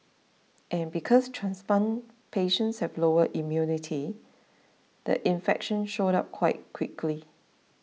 and because transplant patients have lower immunity the infection showed up quite quickly